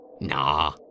Nah